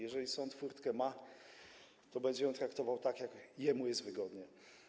Jeżeli sąd furtkę ma, to będzie ją traktował tak, jak jemu jest wygodnie.